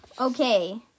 okay